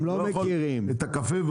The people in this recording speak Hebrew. הוא